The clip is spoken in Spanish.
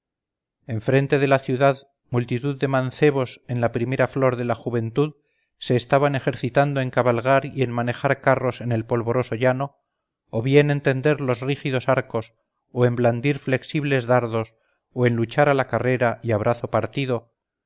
en frente de la ciudad multitud de mancebos en la primera flor de la juventud se estaban ejercitando en cabalgar y en manejar carros en el polvoroso llano o bien en tender los rígidos arcos o en blandir flexibles dardos o en luchar a la carrera y a brazo partido